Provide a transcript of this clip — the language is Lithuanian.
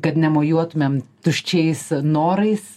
kad nemojuotumėm tuščiais norais